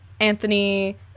Anthony